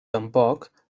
tampoc